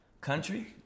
country